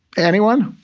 anyone?